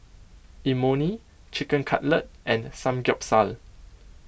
Imoni Chicken Cutlet and Samgyeopsal